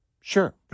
Sure